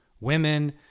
women